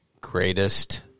greatest